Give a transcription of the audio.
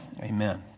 Amen